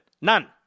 None